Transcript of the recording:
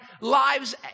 lives